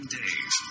days